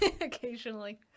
Occasionally